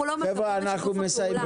אנחנו לא מקבלים שיתוף פעולה.